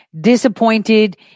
Disappointed